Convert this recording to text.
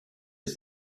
des